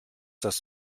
das